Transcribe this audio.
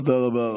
תודה רבה.